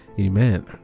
amen